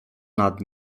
nad